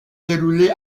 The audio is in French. déroulées